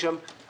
יש שם חריגה.